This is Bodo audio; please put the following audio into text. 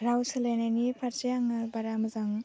राव सोलायनायनि फारसे आङो बारा मोजां